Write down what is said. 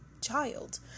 child